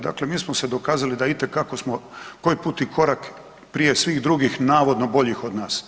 Dakle, mi smo se dokazali da itekako smo koji put i korak prije svih drugih navodno boljih od na.